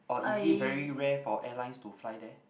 or is it very rare for airlines to fly there